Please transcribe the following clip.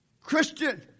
Christian